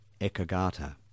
Ekagata